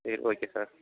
சரி okay sir